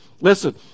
Listen